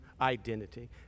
identity